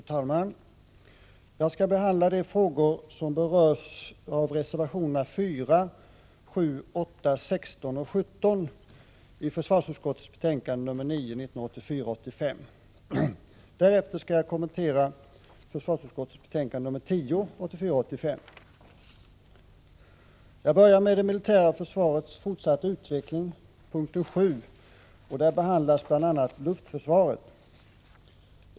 Fru talman! Jag skall behandla de frågor som berörs i reservationerna 4,7, 8, 16 och 17 i försvarsutskottets betänkande 1984 85:10. Jag börjar med punkt 7 Det militära försvarets fortsatta utveckling. Där behandlas bl.a. luftförsvaret.